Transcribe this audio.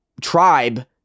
tribe